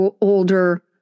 older